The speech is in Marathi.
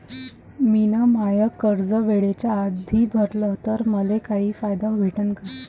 मिन माय कर्ज वेळेच्या आधी भरल तर मले काही फायदा भेटन का?